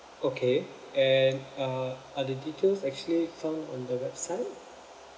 okay and uh are the details actually found on the website